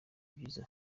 byiza